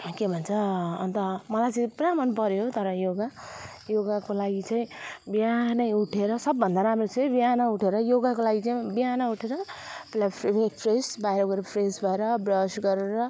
के भन्छ अन्त मलाई चाहिँ पुरा मन पर्यो तर योगा योगाको लागि चाहिँ बिहानै उठेर सबभन्दा राम्रो चाहिँ बिहान उठेर योगाको लागि चाहिँ बिहान उठेर पहिला फ्रे फ्रेस बाहिर गएर फ्रेस भएर ब्रस गरेर